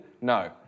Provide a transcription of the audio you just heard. No